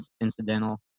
incidental